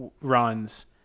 runs